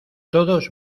todos